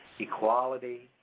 equality,